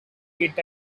heat